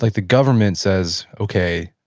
like the government says, okay,